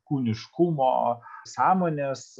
kūniškumo sąmonės